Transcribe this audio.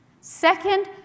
Second